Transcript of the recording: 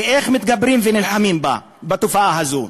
ואיך מתגברים ונלחמים בתופעה הזו?